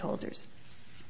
holders